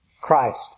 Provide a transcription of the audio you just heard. Christ